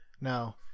Now